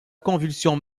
convulsion